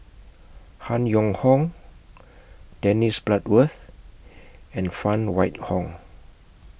Han Yong Hong Dennis Bloodworth and Phan Wait Hong